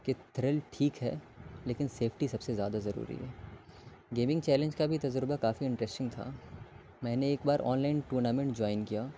کہ تھرل ٹھیک ہے لیکن سیفٹی سب سے زیادہ ضروری ہے گیمنگ چیلنج کا بھی تجربہ کافی انٹریسٹنگ تھا میں نے ایک بار آنلائن ٹورنامنٹ جوائن کیا